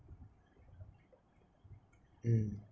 mm